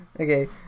Okay